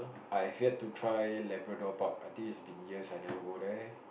I had to try Labrador Park I think it's been years I never go there